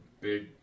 big